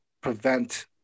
prevent